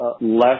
less